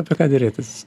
apie ką derėtis